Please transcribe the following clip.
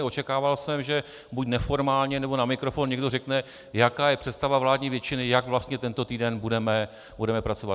Očekával jsem, že buď neformálně, nebo na mikrofon někdo řekne, jaká je představa vládní většiny, jak vlastně tento týden budeme pracovat.